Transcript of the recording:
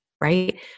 right